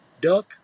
Duck